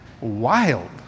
wild